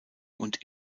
und